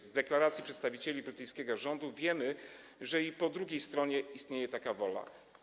Z deklaracji przedstawicieli brytyjskiego rządu wiemy, że i po drugiej stronie istnieje taka wola.